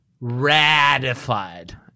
ratified